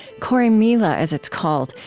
corrymeela, as it's called,